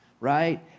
right